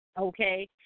Okay